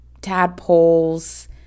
tadpoles